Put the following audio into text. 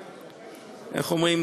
ואיך אומרים,